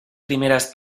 primeras